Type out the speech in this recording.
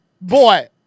Boy